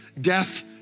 Death